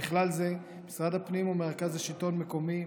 ובכלל זה משרד הפנים ומרכז השלטון המקומי,